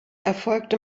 erfolgte